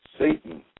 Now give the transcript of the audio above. Satan